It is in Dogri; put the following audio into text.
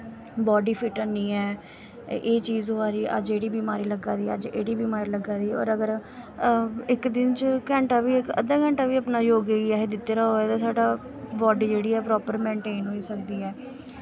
बॉड्डी फिट्ट नी ऐ एह् चीज़ होआ दी अज्ज एकड़ी बमारी लग्गा दी अज्ज एकड़ी बमारी लग्गा दा होर अगर अज्ज इक दिन च इक घैंटा अद्धा घैंटा बी अस योगे गी दित्ते दा होऐ ते साढ़ी बॉड्डी जेह्ड़ी ऐ प्रापर मेन्टेन होई सकदी ऐ